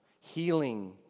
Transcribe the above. healing